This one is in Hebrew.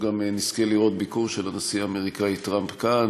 נזכה לראות ביקור של הנשיא האמריקני טראמפ כאן.